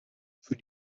für